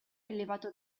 elevato